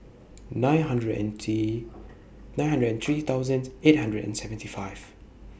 nine hundred and T nine hundred and three thousand eight hundred and seventy five